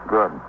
Good